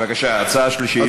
בבקשה, הצעה שלישית.